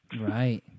Right